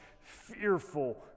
fearful